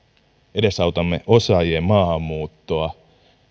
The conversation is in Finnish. edesautamme osaajien maahanmuuttoa